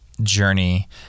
journey